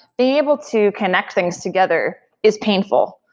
being able to connect things together is painful.